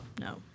No